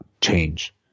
change